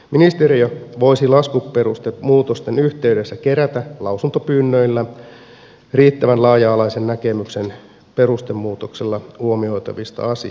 ministeriö voisi laskuperustemuutosten yhteydessä kerätä lausuntopyynnöillä riittävän laaja alaisen näkemyksen perustemuutoksessa huomioitavista asioista